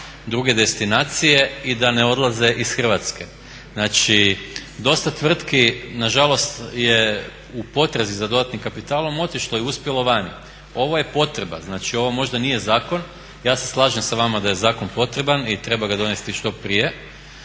druge destinacije i da ne odlaze iz Hrvatske. Znači dosta tvrtki nažalost je u potrazi za dodatnim kapitalom otišlo i uspjelo vani. Ovo je potreba, znači ovo možda nije zakon, ja se slažem sa vama da je zakon potreban i treba ga donesti što prije,